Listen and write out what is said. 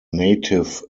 native